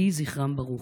יהי זכרם ברוך.